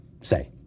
Say